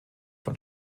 von